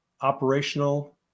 operational